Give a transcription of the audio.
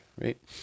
right